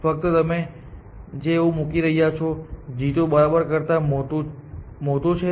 ફકત તમે જ એવું કહી રહ્યા છો કે g2 બરાબર કરતાં મોટું છે